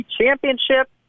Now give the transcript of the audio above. championship